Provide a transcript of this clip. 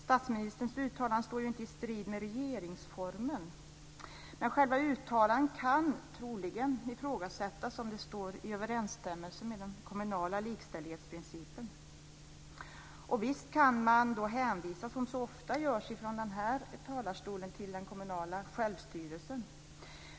Statsministerns uttalande står inte i strid med regeringsformen, men man kan troligen ifrågasätta om uttalandet står i överensstämmelse med den kommunala likställighetsprincipen. Visst kan man då hänvisa, som så ofta görs från denna talarstol, till den kommunala självstyrelsen.